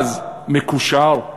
אז מקושר,